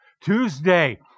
Tuesday